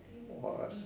!wah!